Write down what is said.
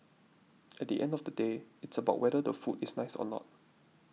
at the end of the day it's about whether the food is nice or not